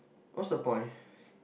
what's the point